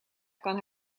kan